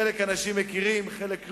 חלק מאנשים מכירים, חלק לא.